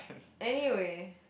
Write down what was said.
anyway